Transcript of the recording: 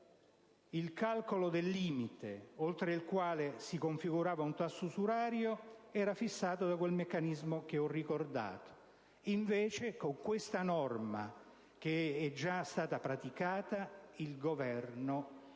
il calcolo del limite oltre il quale si configurava un tasso usurario era fissato da quel meccanismo che ho ricordato. Invece, con questa norma, che è già stata praticata, il Governo aumenta i tassi,